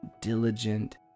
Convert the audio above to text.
diligent